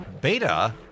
Beta